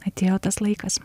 atėjo tas laikas